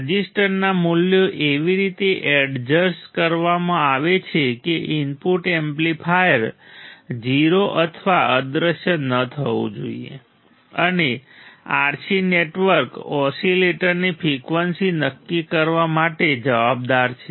રઝિસ્ટરના મૂલ્યો એવી રીતે એડજસ્ટ કરવામાં આવે છે કે ઇનપુટ એમ્પ્લીફાયર 0 અથવા અદ્રશ્ય ન થવું જોઈએ અને RC નેટવર્ક ઓસિલેટરની ફ્રિકવન્સી નક્કી કરવા માટે જવાબદાર છે